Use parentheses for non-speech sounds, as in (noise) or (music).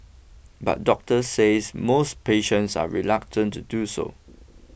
but doctors says most patients are (noise) reluctant to do so